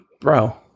bro